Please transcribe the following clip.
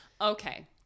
Okay